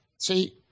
See